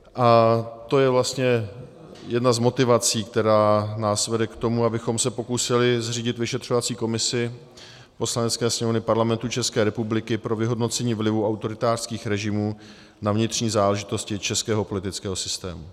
A to je vlastně jedna z motivací, která nás vede k tomu, abychom se pokusili zřídit vyšetřovací komisi Poslanecké sněmovny Parlamentu České republiky pro vyhodnocení vlivu autoritářských režimů na vnitřní záležitosti českého politického systému.